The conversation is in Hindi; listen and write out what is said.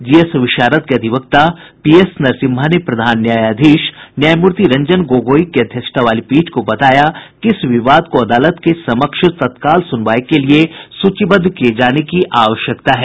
जीएस विशारद के अधिवक्ता पी एस नरसिम्हा ने प्रधान न्यायधीश न्यायमूर्ति रंजन गोगोई की अध्यक्षता वाली पीठ को बताया कि इस विवाद को अदालत के समक्ष तत्काल सुनवाई के लिए सूचीबद्ध करने की आवश्यकता है